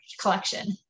collection